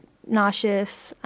nauseous,